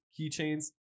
keychains